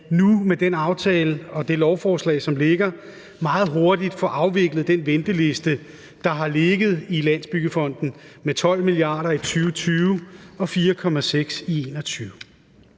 nu med den aftale og det lovforslag, som ligger, meget hurtigt får afviklet den venteliste, der har ligget i Landsbyggefonden, med 12 mia. kr. i 2020 og 4,6 mia.